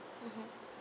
mmhmm